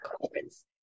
conference